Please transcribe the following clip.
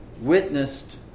witnessed